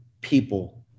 people